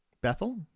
Bethel